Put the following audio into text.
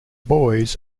boys